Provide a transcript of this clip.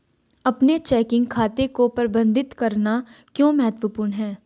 अपने चेकिंग खाते को प्रबंधित करना क्यों महत्वपूर्ण है?